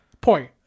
point